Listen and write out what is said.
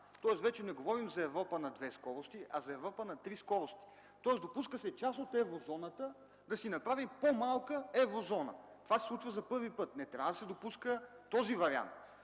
Тоест вече не говорим за Европа на две скорости, а за Европа на три скорости. Допуска се част от Еврозоната да си направи по-малка еврозона. Това се случва за първи път. Не трябва да се допуска този вариант.